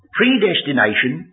Predestination